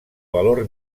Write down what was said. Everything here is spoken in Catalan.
valor